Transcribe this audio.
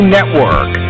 Network